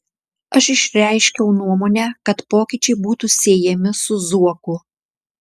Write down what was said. aš išreiškiau nuomonę kad pokyčiai būtų siejami su zuoku